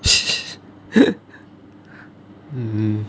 mm